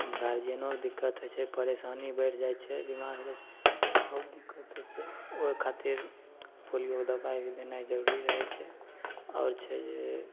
गार्जिअनोके दिक्कत होइ छै परेशानी बढ़ि जाइ छै बेमार होबै बहुत दिक्कत होइ छै ओहे खातिर पोलिओ दवाइ देनाइ जरूरी रहै छै आओर छै जे